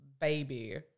Baby